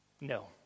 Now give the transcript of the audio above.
No